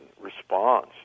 response